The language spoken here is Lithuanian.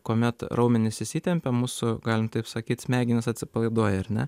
kuomet raumenys įsitempia mūsų galim taip sakyti smegenys atsipalaiduoja ar ne